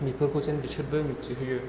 बेफोरखौ जेन बिसोरबो मिथिहोयो